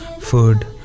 food